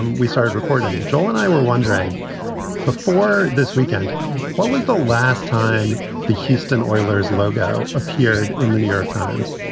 and we started recording, joe and i were wondering before this weekend, what was the last time the houston oilers logo appeared in the new york times?